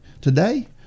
today